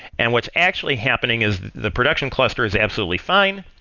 and what's actually happening is the production cluster is absolutely fine,